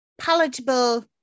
palatable